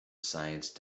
science